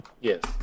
Yes